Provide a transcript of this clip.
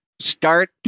Start